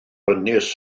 ynys